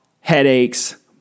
headaches